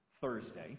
Thursday